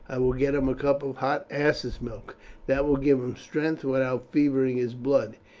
i will get him a cup of hot ass's milk that will give him strength without fevering his blood.